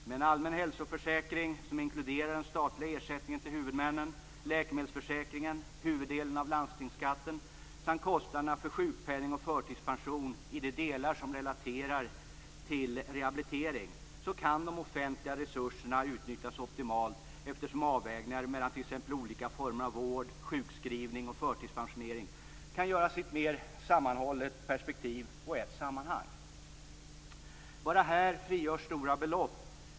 Med en allmän hälsoförsäkring som inkluderar den statliga ersättningen till huvudmännen, läkemedelsförsäkringen, huvuddelen av landstingsskatten samt kostnaderna för sjukpenning och förtidspension i de delar som relaterar till rehabilitering kan de offentliga resurserna utnyttjas optimalt, eftersom avvägningar mellan t.ex. olika former av vård, sjukskrivning och förtidspensionering kan göras i ett mer sammanhållet perspektiv och i ett sammanhang. Bara här frigörs stora belopp.